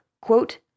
quote